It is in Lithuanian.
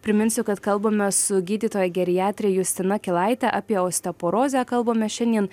priminsiu kad kalbamės su gydytoja geriatre justina kilaite apie osteoporozę kalbame šiandien